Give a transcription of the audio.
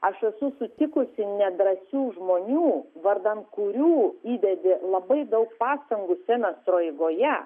aš esu sutikusi nedrąsių žmonių vardan kurių įdedi labai daug pastangų semestro eigoje